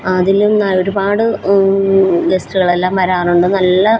അതിലും ഒരുപാട് ഗെസ്റ്റുകളെല്ലാം വരാറുണ്ട് നല്ല